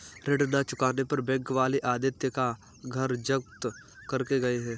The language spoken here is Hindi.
ऋण ना चुकाने पर बैंक वाले आदित्य का घर जब्त करके गए हैं